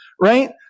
Right